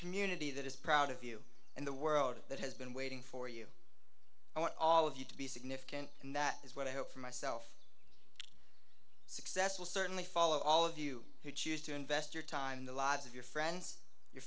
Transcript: community that is proud of you and the world that has been waiting for you i want all of you to be significant and that is what i hope for myself success will certainly follow all of you who choose to invest your time in the lives of your friends your